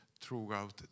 throughout